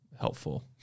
helpful